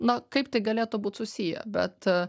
na kaip tai galėtų būt susiję bet